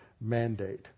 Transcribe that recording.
mandate